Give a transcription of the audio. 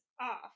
Off